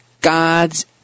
God's